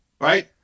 Right